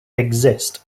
exist